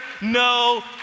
no